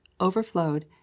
overflowed